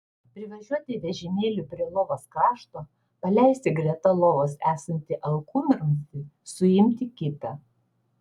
privažiuoti vežimėliu prie lovos krašto paleisti greta lovos esantį alkūnramstį suimti kitą